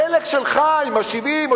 החלק שלך עם 70,